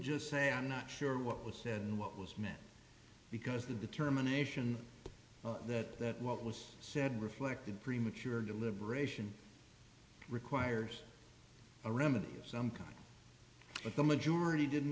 just say i'm not sure what was said and what was met because the determination that what was said reflected premature deliberation requires a remedy of some kind but the majority didn't